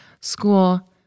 school